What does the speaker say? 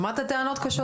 ושמעת טענות קשות.